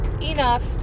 enough